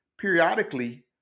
Periodically